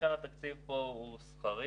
עיקר התקציב פה הוא שכרי.